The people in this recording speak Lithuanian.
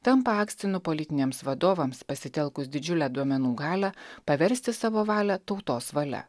tampa akstinu politiniams vadovams pasitelkus didžiulę duomenų galią paversti savo valią tautos valia